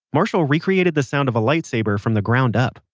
marshall recreated the sound of a lightsaber from the ground up.